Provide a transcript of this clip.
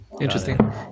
Interesting